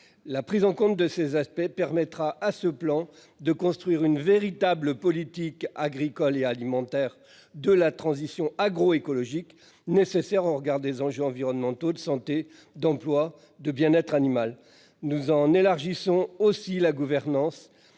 la prise en compte de ces aspects permettra à ce plan de construire une véritable politique agricole et alimentaire de la transition agroécologique nécessaire au regard des enjeux environnementaux de santé d'emploi de bien-être animal nous en élargissant aussi la gouvernance